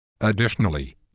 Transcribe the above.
Additionally